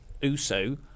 Uso